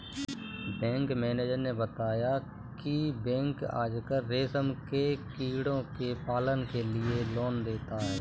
bank manager ने बताया की बैंक आजकल रेशम के कीड़ों के पालन के लिए लोन देता है